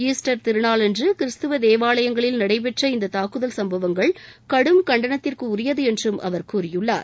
Easter திருநாளன்று கிறிஸ்துவ தேவாலயங்களில் நடைபெற்ற இந்தத் தாக்குதல் சம்பவங்கள் கடும் கண்டனத்திற்குரியது என்றும் அவர் கூறியுள்ளார்